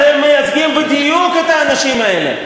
אתם מייצגים בדיוק את האנשים האלה.